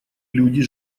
люди